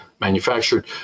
manufactured